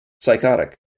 psychotic